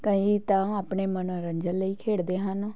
ਕਈ ਤਾਂ ਆਪਣੇ ਮਨੋਰੰਜਨ ਲਈ ਖੇਡਦੇ ਹਨ